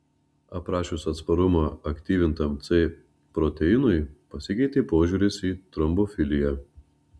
aprašius atsparumą aktyvintam c proteinui pasikeitė požiūris į trombofiliją